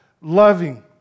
loving